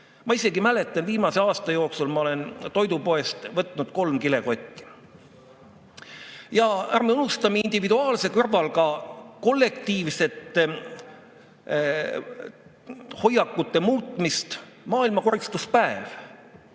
Ma isegi mäletan, et viimase aasta jooksul ma olen toidupoest võtnud kolm kilekotti. Ja ärme unustame individuaalse kõrval ka kollektiivsete hoiakute muutmist. Maailmakoristuspäev